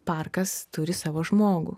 parkas turi savo žmogų